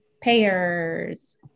payers